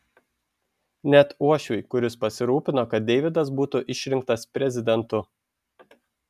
net uošviui kuris pasirūpino kad deividas būtų išrinktas prezidentu